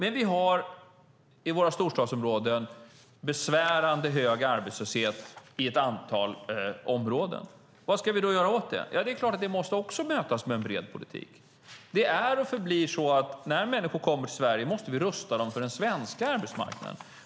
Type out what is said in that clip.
Vi har i våra storstadsområden besvärande hög arbetslöshet i ett antal områden. Vad ska vi göra åt det? Det är klart att det måste mötas med en bred politik. När människor kommer till Sverige måste vi rusta dem för den svenska arbetsmarknaden.